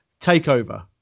takeover